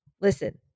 Listen